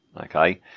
okay